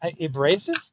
abrasive